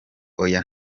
oya